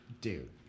dude